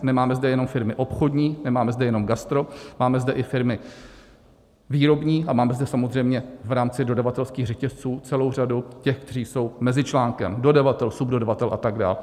Nemáme zde jenom firmy obchodní, nemáme zde jenom gastro, máme zde i firmy výrobní a máme zde samozřejmě v rámci dodavatelských řetězců celou řadu těch, kteří jsou mezičlánkem dodavatel, subdodavatel atd.